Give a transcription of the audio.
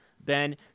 Ben